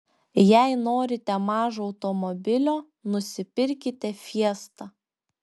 jei norite mažo automobilio nusipirkite fiesta